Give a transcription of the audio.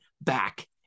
back